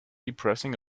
depressing